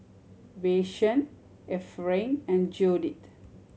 Vashon Efrain and Judith